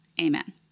Amen